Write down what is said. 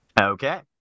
okay